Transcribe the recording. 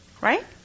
Right